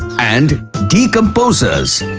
and decomposers.